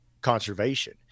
conservation